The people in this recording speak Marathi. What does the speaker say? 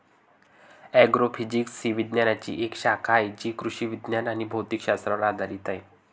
ॲग्रोफिजिक्स ही विज्ञानाची एक शाखा आहे जी कृषी विज्ञान आणि भौतिक शास्त्रावर आधारित आहे